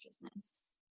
consciousness